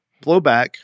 blowback